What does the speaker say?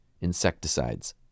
insecticides